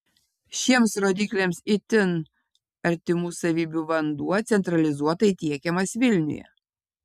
šiems rodikliams itin artimų savybių vanduo centralizuotai tiekiamas vilniuje